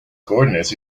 coordinates